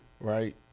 Right